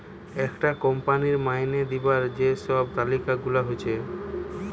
একটা কোম্পানির মাইনে দিবার যে সব তালিকা গুলা হচ্ছে